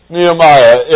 Nehemiah